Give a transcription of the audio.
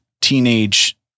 teenage